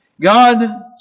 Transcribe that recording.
God